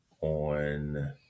on